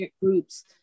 groups